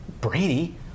Brady